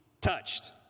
touched